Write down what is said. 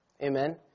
Amen